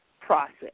process